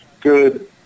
good